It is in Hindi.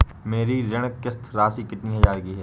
मेरी ऋण किश्त राशि कितनी हजार की है?